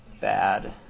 bad